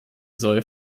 soll